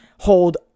hold